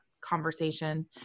conversation